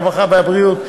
הרווחה והבריאות,